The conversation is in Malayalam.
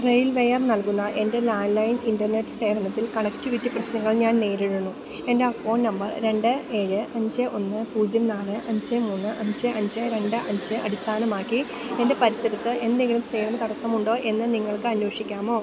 റെയിൽ വയർ നൽകുന്ന എൻ്റെ ലാൻഡ് ലൈൻ ഇൻ്റർനെറ്റ് സേവനത്തിൽ കണക്റ്റിവിറ്റി പ്രശ്നങ്ങൾ ഞാൻ നേരിടുന്നു എൻ്റെ അക്കൗണ്ട് നമ്പർ രണ്ട് ഏഴ് അഞ്ച് ഒന്ന് പൂജ്യം നാല് അഞ്ച് മൂന്ന് അഞ്ച് അഞ്ച് രണ്ട് അഞ്ച് അടിസ്ഥാനമാക്കി എൻ്റെ പരിസരത്ത് എന്തെങ്കിലും സേവന തടസ്സമുണ്ടോയെന്ന് നിങ്ങൾക്ക് അന്വേഷിക്കാമോ